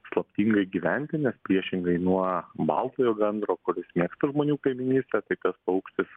slaptingai gyventi nes priešingai nuo baltojo gandro kuris mėgsta žmonių kaiminystę tai tas paukštis